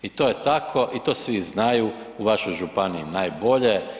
I to je tako i to svi znaju, u vašoj županiji najbolje.